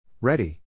Ready